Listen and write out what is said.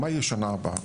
מה יהיה בשנה הבאה.